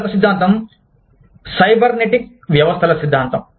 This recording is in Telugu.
మరొక సిద్ధాంతం సైబర్నెటిక్ వ్యవస్థల సిద్ధాంతం